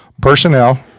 personnel